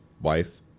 wife